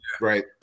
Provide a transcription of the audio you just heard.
right